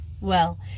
Well